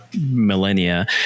millennia